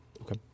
Okay